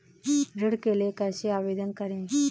ऋण के लिए कैसे आवेदन करें?